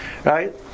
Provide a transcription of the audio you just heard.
Right